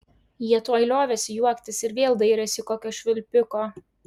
jie tuoj liovėsi juoktis ir vėl dairėsi kokio švilpiko